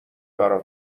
برا